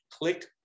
click